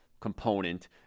component